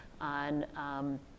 on